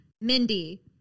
Mindy